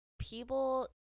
people